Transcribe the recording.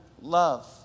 love